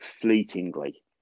fleetingly